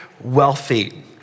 wealthy